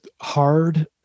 hard